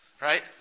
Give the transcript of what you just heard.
Right